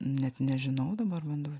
net nežinau dabar bandau